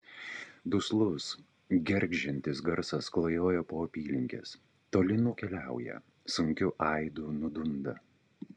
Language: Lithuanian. duslus gergždžiantis garsas klajoja po apylinkes toli nukeliauja sunkiu aidu nudunda